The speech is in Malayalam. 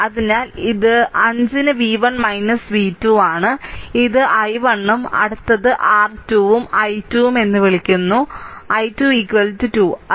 അതിനാൽ ഇത് 5 ന് v1 v2 ആണ് ഇത് i1 ഉം അടുത്തത് r2 ഉം i2 എന്ന് വിളിക്കുന്നു i2 2